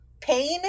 pain